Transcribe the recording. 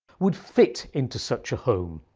would fit into such a home.